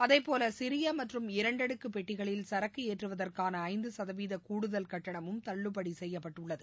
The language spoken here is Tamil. அதே போல சிறிய மற்றும் இரண்டடுக்கு பெட்டிகளில் சரக்கு ஏற்றுவதற்கான ஐந்து சதவீத கூடுதல் கட்டணமும் தள்ளுபடி செய்யப்பட்டுள்ளது